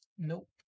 Nope